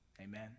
Amen